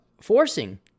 forcing